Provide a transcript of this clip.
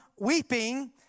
weeping